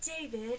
David